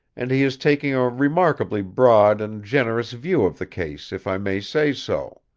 and he is taking a remarkably broad and generous view of the case if i may say so.